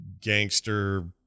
gangster